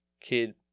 kid